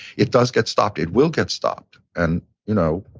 it does get stopped. it will get stopped. and, you know,